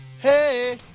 Hey